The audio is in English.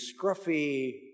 scruffy